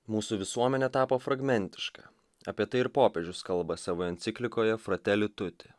mūsų visuomenė tapo fragmentiška apie tai ir popiežius kalba savo enciklikoje frateli tuti